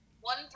one